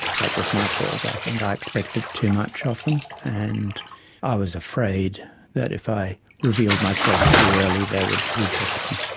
that was my fault i think. i expected too much of them and i was afraid that if i revealed myself too early they would reject me.